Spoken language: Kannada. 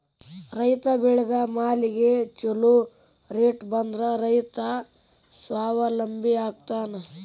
ರೈತ ಬೆಳೆದ ಮಾಲಿಗೆ ಛೊಲೊ ರೇಟ್ ಬಂದ್ರ ರೈತ ಸ್ವಾವಲಂಬಿ ಆಗ್ತಾನ